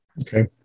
Okay